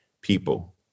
people